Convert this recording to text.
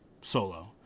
solo